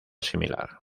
similar